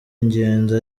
ingenzi